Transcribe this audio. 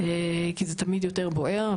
כי זה תמיד יותר בוער,